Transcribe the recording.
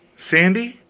sandy.